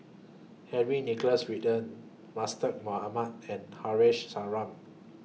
Henry Nicholas Ridley Mustaq Mohamad and Haresh Sharma